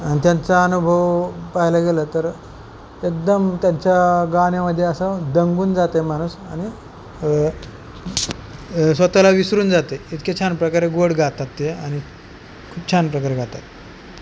आणि त्यांचा अनुभव पाहायला गेलं तर एकदम त्यांच्या गाण्यामध्ये असं दंगून जाते माणूस आणि स्वतःला विसरून जाते इतके छान प्रकारे गोड गातात ते आणि खूप छान प्रकारे गातात